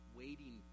waiting